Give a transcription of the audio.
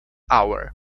hour